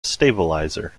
stabilizer